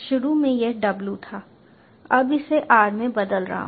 शुरू में यह w था अब इसे r में बदल रहा हूं